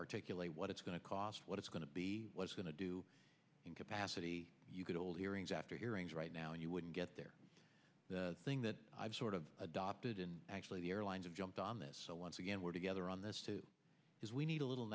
articulate what it's going to cost what it's going to be what's going to do in capacity you could hold hearings after hearings right now you wouldn't get there the thing that i've sort of adopted and actually the airlines have jumped on this so once again we're together on this is we need a little